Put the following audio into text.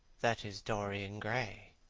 that is dorian gray.